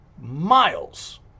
miles